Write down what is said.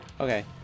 Okay